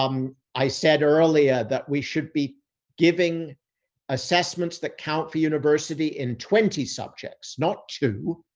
um i said earlier that we should be giving assessments that count for university in twenty subjects, not to,